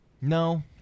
No